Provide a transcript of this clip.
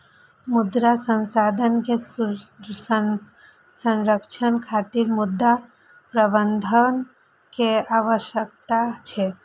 मृदा संसाधन के संरक्षण खातिर मृदा प्रबंधन के आवश्यकता छै